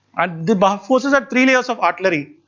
at the back forces three layers of artillery,